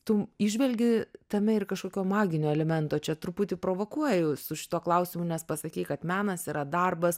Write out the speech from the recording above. tu įžvelgi tame ir kažkokio maginio elemento čia truputį provokuoju su šituo klausimu nes pasakei kad menas yra darbas